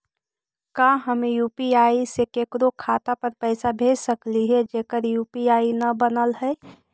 का हम यु.पी.आई से केकरो खाता पर पैसा भेज सकली हे जेकर यु.पी.आई न बनल है?